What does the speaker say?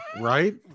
right